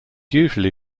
usually